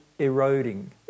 eroding